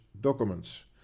documents